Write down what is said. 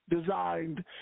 designed